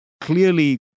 clearly